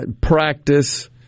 practice